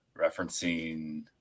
referencing